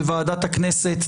בוועדת הכנסת.